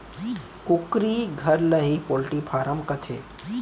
कुकरी घर ल ही पोल्टी फारम कथें